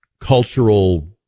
cultural